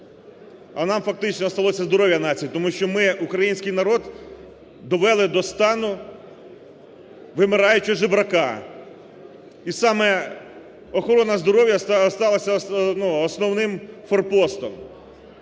а нам фактично осталося здоров'я нації, тому що ми український народ довели до стану вимираючого жебрака. І саме охорона здоров'я стала основним форпостом.